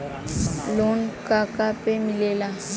Loan का का पे मिलेला?